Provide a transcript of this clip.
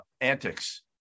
antics